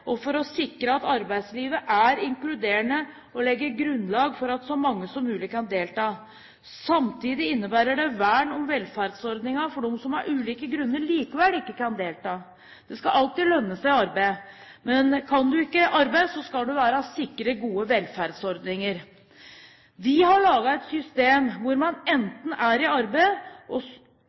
og for å sikre at arbeidslivet er inkluderende og legger grunnlag for at så mange som mulig kan delta. Samtidig innebærer det vern om velferdsordningene for dem som av ulike grunner likevel ikke kan delta. Det skal alltid lønne seg å arbeide, men kan du ikke arbeide, skal du være sikret gode velferdsordninger. Vi har lagd et system hvor man enten er i arbeid eller har klare rettighetsbaserte ytelser. Det skal vi være stolte av og